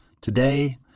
Today